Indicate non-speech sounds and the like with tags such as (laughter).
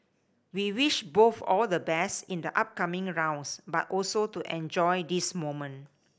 we wish both all the best in the upcoming (unintelligible) but also to enjoy this moment